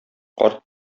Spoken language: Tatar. карт